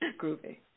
Groovy